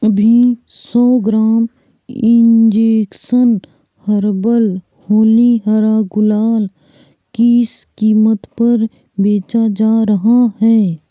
अभी सौ gram injection herbal Holi हरा गुलाल किस कीमत पर बेचा जा रहा है